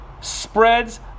spreads